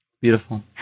Beautiful